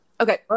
Okay